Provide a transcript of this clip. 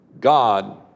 God